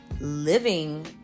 living